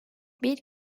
bir